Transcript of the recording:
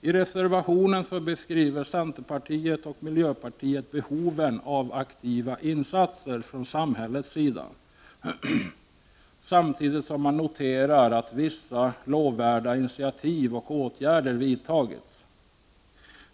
I reservationen beskriver centern och miljöpartiet behoven av aktiva insatser från samhällets sida, samtidigt som man noterar att vissa lovvärda initiativ och åtgärder vidtagits.